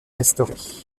restaurer